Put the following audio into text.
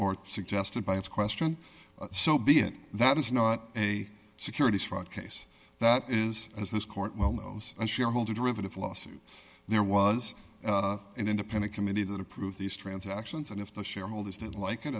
or suggested by its question so be it that is not a securities fraud case that is as this court well knows and shareholder derivative lawsuit there was an independent committee that approve these transactions and if the shareholders didn't like it